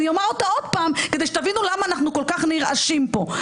אומר אותה עוד פעם כדי שתבינו למה אנחנו כול כך נרעשים פה.